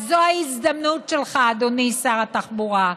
אז זו ההזדמנות שלך, אדוני שר התחבורה,